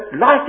life